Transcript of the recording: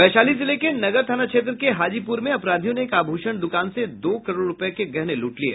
वैशाली जिले के नगर थाना क्षेत्र के हाजीपूर में अपराधियों ने एक आभूषण द्रकान से दो करोड़ रूपये के गहने लूट लिये